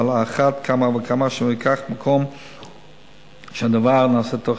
ועל אחת כמה וכמה מקום שהדבר נעשה תוך